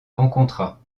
rencontra